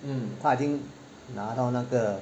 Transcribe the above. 他已经拿到那个